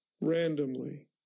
randomly